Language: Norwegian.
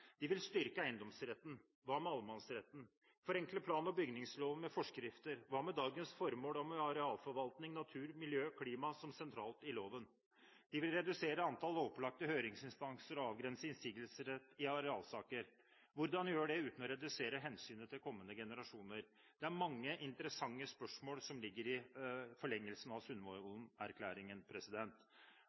vil styrke eiendomsretten. Hva med allemannsretten? De vil forenkle plan- og bygningsloven i forbindelse med forskrifter. Hva med dagens formål med arealforvaltning, natur, miljø, klima som sentralt i loven? De vil redusere antall lovpålagte høringsinstanser og avgrense innsigelser i arealsaker. Hvordan skal man gjøre det uten å redusere hensynet til kommende generasjoner? Det er mange interessante spørsmål som ligger i forlengelsen av